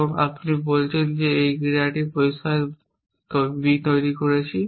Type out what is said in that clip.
এবং আপনি বলছেন যে এই ক্রিয়াটি পরিষ্কার B তৈরি করছে